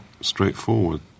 straightforward